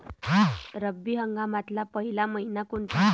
रब्बी हंगामातला पयला मइना कोनता?